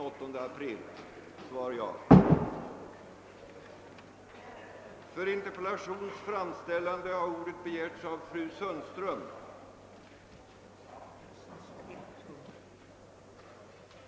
Vill statsrådet medverka till såväl ökad kontroll av de p-piller som förekommer i marknaden som en förstärkt medicinsk kontroll av de kvinnor som, för att undvika graviditet, använder sig av p-piller?